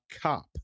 cop